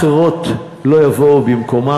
אחרות לא יבואו במקומן.